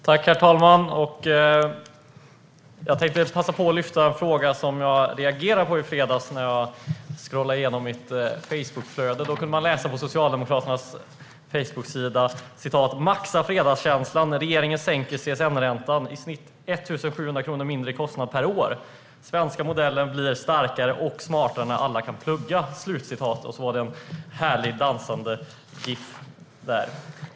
Herr talman! Jag tänkte passa på att lyfta fram en fråga som jag reagerade på i fredags när jag scrollade igenom mitt Facebookflöde. På Socialdemokraternas Facebooksida kunde man läsa: Maxa fredagskänslan när regeringen sänker CSN-räntan i snitt 1 700 kronor mindre i kostnad per år. Svenska modellen blir starkare och smartare när alla kan plugga. Sedan avslutades det hela med en härligt dansande gif-figur.